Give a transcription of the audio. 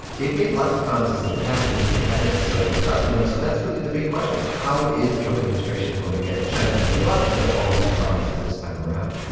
they've made lots of promises in the past and haven't necessarily lived up to them, so that's really the big question is how is the trump administration going to get china to live up to all these new promises this time around?